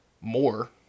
more